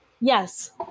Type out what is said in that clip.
yes